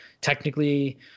technically